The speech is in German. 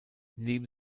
neben